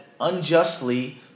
unjustly